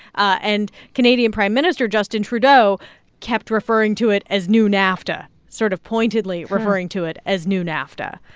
and canadian prime minister justin trudeau kept referring to it as new nafta, sort of pointedly referring to it as new nafta.